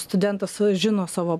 studentas žino savo